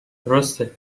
درسته